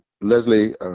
Leslie